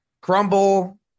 crumble